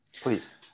Please